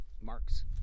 marks